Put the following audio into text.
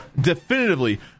definitively